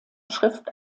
schrift